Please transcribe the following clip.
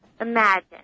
imagine